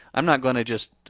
i'm not gonna just,